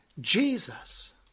Jesus